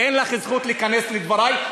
אין לך זכות להיכנס לדברי,